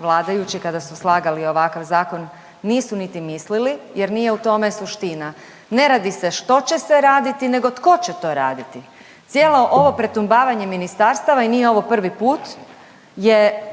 vladajući kada su slagali ovakav zakon nisu niti mislili jer nije u tome suština. Ne radi se što će se raditi nego tko će to raditi. Cijelo ovo pretumbavanje ministarstava i nije ovo prvi put, je